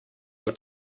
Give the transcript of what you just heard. your